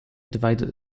divided